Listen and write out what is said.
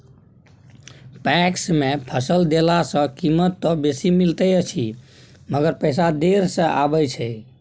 PACS मे फसल देला सॅ कीमत त बेसी मिलैत अछि मगर पैसा देर से आबय छै